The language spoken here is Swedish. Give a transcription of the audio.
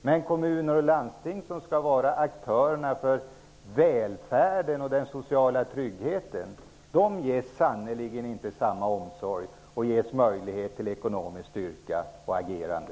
Men kommuner och landsting, som skall vara aktörer beträffande välfärden och den sociala tryggheten, ges sannerligen inte samma omsorg och får inte möjligheter till ekonomisk styrka och agerande.